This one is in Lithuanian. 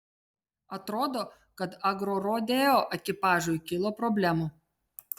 atrodo kad agrorodeo ekipažui kilo problemų